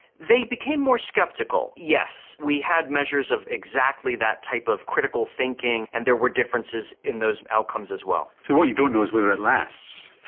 they became more sceptical, yes. we had measures of exactly that type of critical thinking, and there were differences in those outcomes as well. so what you don't know is whether it lasts.